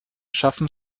schafften